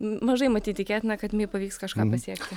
mažai matyt tikėtina kad mei pavyks kažką pasiekti